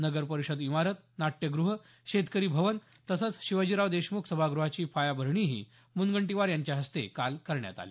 नगर परिषद इमारत नाट्यगृह शेतकरी भवन तसंच शिवाजीराव देशमुख सभागृहाची पायाभरणीही मुनगंटीवार यांच्या हस्ते काल करण्यात आली